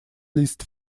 least